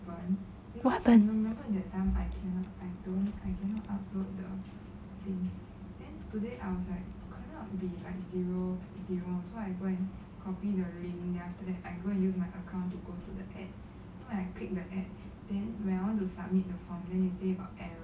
what happen